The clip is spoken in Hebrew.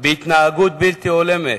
התנהגות בלתי הולמת,